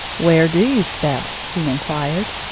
where do you spell? he inquired.